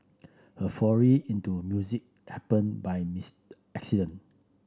her foray into music happened by this accident